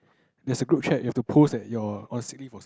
that's a group chat you have to post that you're on sick leave or some~